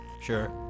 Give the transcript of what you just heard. Sure